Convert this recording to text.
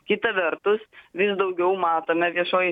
kita vertus vis daugiau matome viešoj